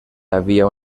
havia